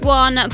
one